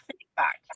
feedback